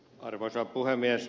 arvoisa puhemies